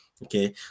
okay